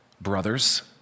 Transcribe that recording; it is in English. Brothers